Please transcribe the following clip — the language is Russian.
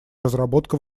разработка